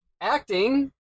acting